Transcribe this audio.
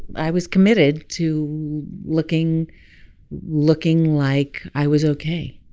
i was committed to looking looking like i was ok